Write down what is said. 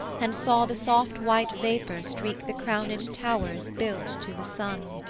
and saw the soft white vapour streak the crowned towers built to the sun